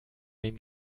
den